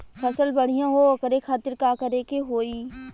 फसल बढ़ियां हो ओकरे खातिर का करे के होई?